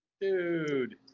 Dude